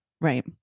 Right